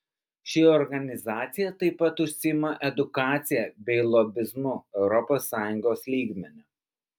ši organizacija taip pat užsiima edukacija bei lobizmu europos sąjungos lygmeniu